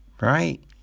Right